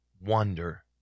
wonder